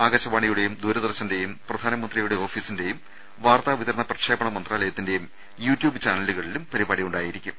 ആകാശവാണിയുടെയും ദൂരദർശന്റെയും പ്രധാനമന്ത്രിയുടെ ഓഫീസിന്റെയും വാർത്താ വിതരണ പ്രക്ഷേപണ മന്ത്രാലയത്തിന്റെയും യൂട്യൂബ് ചാനലുകളിലും പരിപാടി ഉണ്ടായിരിക്കും